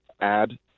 Add